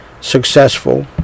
successful